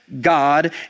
God